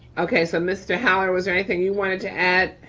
okay, so mr. holler, was there anything you wanted to add?